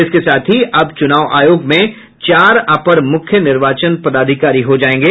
इसके साथ ही अब चूनाव आयोग में चार अपर मूख्य निर्वाचन पदाधिकारी हो जायेंगे